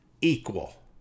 equal